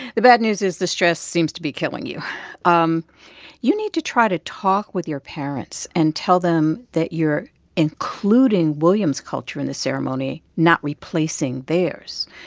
the bad news is the stress seems to be killing you um you need to try to talk with your parents and tell them that you're including william's culture in the ceremony, not replacing theirs.